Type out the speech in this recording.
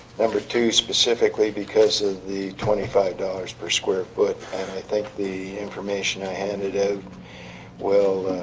number two specifically because of the twenty five dollars per square foot and i think the information i handed of will